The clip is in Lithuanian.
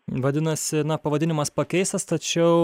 vadinasi na pavadinimas pakeistas tačiau